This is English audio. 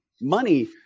money